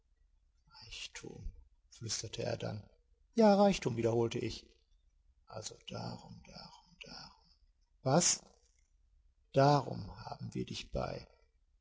reichtum flüsterte er dann ja reichtum wiederholte ich also darum darum darum was darum haben wir dich bei